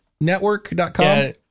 network.com